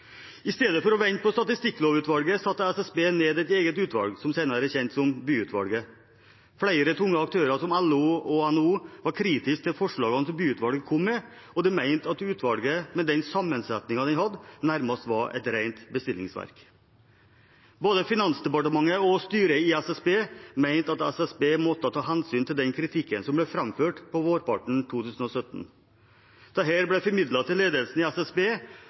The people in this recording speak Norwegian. I stedet for å vente på Statistikklovutvalget, satte SSB ned et eget utvalg, som senere er kjent som Bye-utvalget. Flere tunge aktører, som LO og NHO, var kritisk til forslagene som Bye-utvalget kom med, og de mente at utvalget, med den sammensetningen det hadde, nærmest var et rent bestillingsverk. Både Finansdepartementet og styret i SSB mente at SSB måtte ta hensyn til den kritikken som ble framført på vårparten 2017. Dette ble formidlet til ledelsen i SSB,